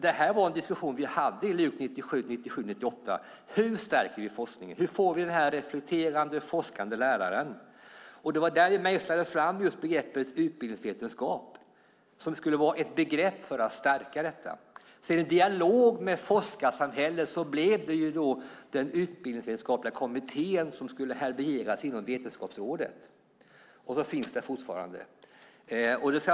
Det var en diskussion vi hade 1997-1998 och handlade om hur vi stärker forskningen, hur vi får den reflekterande, forskande läraren. Då mejslades begreppet utbildningsvetenskap fram. Det skulle vara ett begrepp för att stärka detta. I dialog med forskarsamhället fick vi den utbildningsvetenskapliga kommittén som skulle härbärgera inom Vetenskapsrådet och som fortfarande finns där.